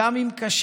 גם אם קשה,